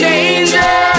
Danger